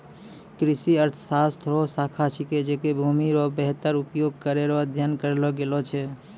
कृषि अर्थशास्त्र हौ शाखा छिकै जैमे भूमि रो वेहतर उपयोग करै रो अध्ययन करलो गेलो छै